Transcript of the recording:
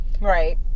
Right